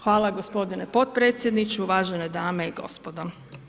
Hvala gospodine potpredsjedniče, uvažene dame i gospodo.